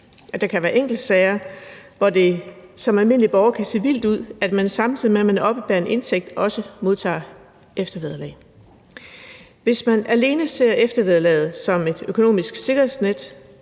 for den almindelige borger kan se vildt ud, at man, samtidig med at man oppebærer en indtægt, også modtager eftervederlag. Hvis man alene ser eftervederlaget som et økonomisk sikkerhedsnet